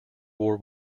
war